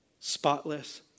spotless